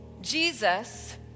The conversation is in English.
Jesus